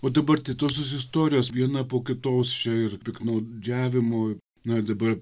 o dabar tai tos visos istorijos viena po kitos čia ir piktnaudžiavimų na ir dabar